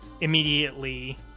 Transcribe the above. immediately